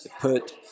put